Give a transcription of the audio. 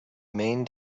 main